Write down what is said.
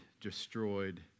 destroyed